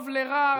טוב לרע,